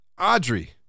Audrey